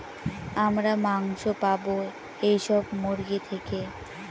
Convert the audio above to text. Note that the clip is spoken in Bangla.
আমরা মাংস পাবো এইসব মুরগি থেকে